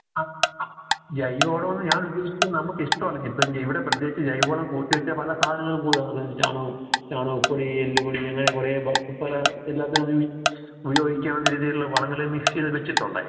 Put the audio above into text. ജൈവവളം എന്ന് ഞാൻ ഉദ്ദേശിച്ചത് നമുക്ക് ഇഷ്ടമാണെങ്കിൽ ഇവിടെ പ്രത്യേകിച്ച് ജൈവവളം കൂട്ടിവച്ച് പല സാധനങ്ങളും ചാണകവും ചാണകപ്പൊടി എല്ലുപൊടി അങ്ങനെ കുറെ ഇപ്പതാ എല്ലാത്തിനും ഉപയോഗിക്കാവുന്ന രീതിയിലുള്ള വളങ്ങൾ മിക്സ് ചെയ്തു വച്ചിട്ടുണ്ട്